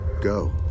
Go